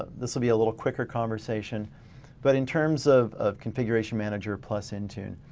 this will be a little quicker conversation but in terms of of configuration manager plus intune.